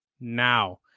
now